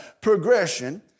progression